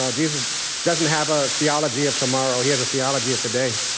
ah jesus doesn't have a theology of tomorrow, he has a theology of today.